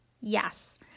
Yes